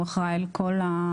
הוא אחראי על כל זה